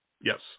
Yes